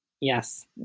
Yes